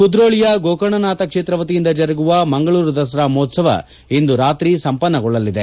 ಕುದ್ರೋಳಿಯ ಗೋಕರ್ಣನಾಥ ಕ್ಷೇತ್ರ ವತಿಯಿಂದ ಜರಗುವ ಮಂಗಳೂರು ದಸರಾ ಮಹೋತ್ಸವ ಇಂದು ರಾತ್ರಿ ಸಂಪನ್ನಗೊಳ್ಳಲಿದೆ